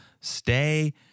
stay